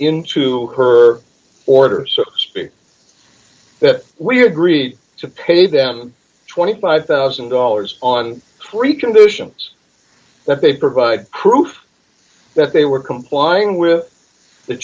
into her order that we're agreed to pay them twenty five thousand dollars on three conditions that they provide proof that they were complying with the